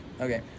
okay